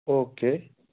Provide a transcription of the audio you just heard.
okay